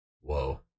Whoa